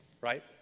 right